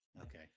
Okay